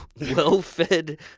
well-fed